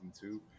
two